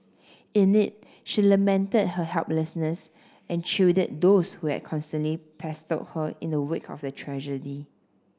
in it she lamented her helplessness and chided those who had constantly pestered her in the wake of the tragedy